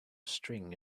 string